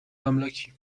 املاکی